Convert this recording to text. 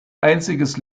einziges